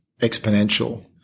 exponential